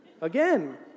again